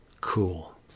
Cool